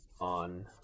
on